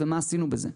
ומה עשינו בזה?